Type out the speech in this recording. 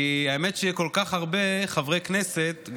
כי האמת שכל כך הרבה חברי כנסת,